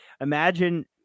Imagine